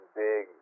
big